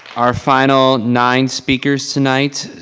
our final nine speakers tonight.